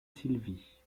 sylvie